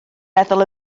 meddwl